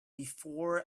before